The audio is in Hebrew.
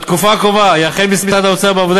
בתקופה הקרובה יחל משרד האוצר בעבודה